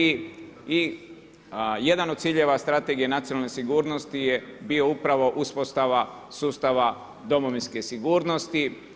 I jedan od ciljeva Strategije nacionalne sigurnosti je bio upravo uspostava sustava domovinske sigurnosti.